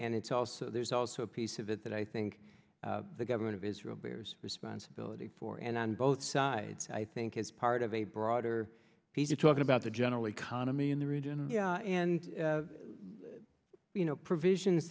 and it's also there's also a piece of it that i think the government of israel bears responsibility for and on both sides i think it's part of a broader peace you're talking about the general economy in the region and you know provisions